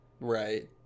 Right